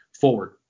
forward